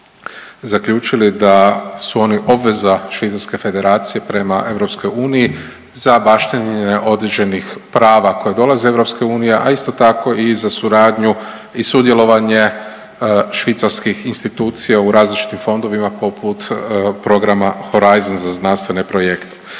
zaključili da su oni obveza švicarske federacije prema EU za baštinjenje određenih prava koja dolaze EU, a isto tako i za suradnju i sudjelovanje švicarskih institucija u različitim fondovima, poput programa Horizon za znanstvene projekte.